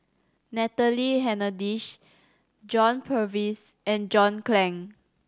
Natalie Hennedige John Purvis and John Clang